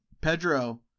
Pedro